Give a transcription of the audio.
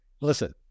listen